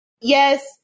Yes